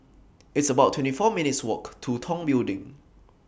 It's about twenty four minutes' Walk to Tong Building